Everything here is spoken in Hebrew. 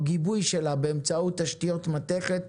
או גיבוי שלה באמצעות תשתיות מתכת,